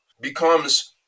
becomes